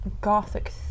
Gothic